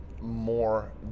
more